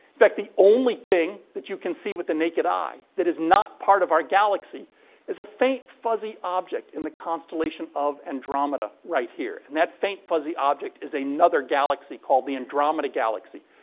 fact, the only thing that you can see with the naked eye that is not part of our galaxy is a faint, fuzzy object in the constellation of andromeda, right here. and that faint, fuzzy object is another galaxy called the andromeda galaxy,